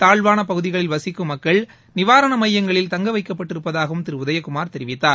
தாழ்வான பகுதிகளில் வசிக்கும் மக்கள் நிவாரண மையங்களில் தங்க வைக்கப்பட்டிருப்பதாகவும் திரு உதயகுமார் தெரிவித்தார்